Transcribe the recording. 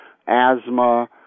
asthma